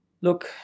Look